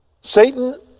Satan